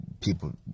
people